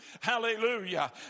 Hallelujah